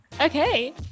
Okay